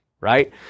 right